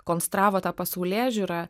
konstravo tą pasaulėžiūrą